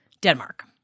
Denmark